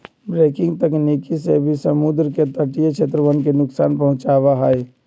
breaking तकनीक से भी समुद्र के तटीय क्षेत्रवन के नुकसान पहुंचावा हई